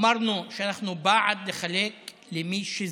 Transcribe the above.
אמרנו שאנחנו בעד לחלק למי שזקוק,